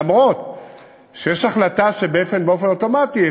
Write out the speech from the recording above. למרות שיש החלטה שבעצם באופן אוטומטי,